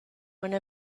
one